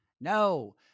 No